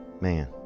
Man